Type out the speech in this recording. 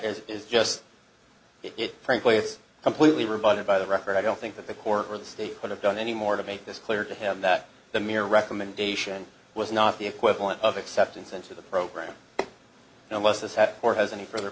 is just it frankly it's completely rebutted by the record i don't think that the court or the state could have done any more to make this clear to him that the mere recommendation was not the equivalent of acceptance into the program no less has had or has any further